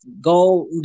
go